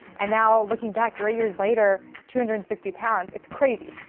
and now looking back three years later, two hundred and sixty pounds, it's crazy.